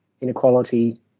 inequality